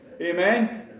Amen